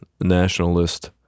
nationalist